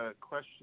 question